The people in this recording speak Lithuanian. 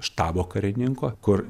štabo karininko kur